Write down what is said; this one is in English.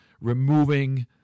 removing